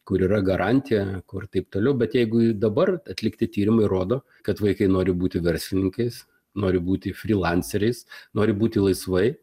kur yra garantija kur taip toliau bet jeigu dabar atlikti tyrimai rodo kad vaikai nori būti verslininkais nori būti frilanseriais nori būti laisvai